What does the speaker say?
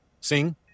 Sing